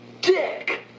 dick